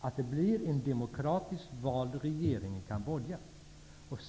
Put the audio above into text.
och att det blir en demokratiskt vald regering i Kambodja.